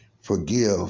forgive